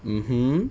mmhmm